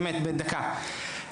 באמת בדקה.